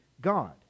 God